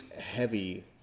heavy